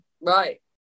right